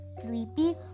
sleepy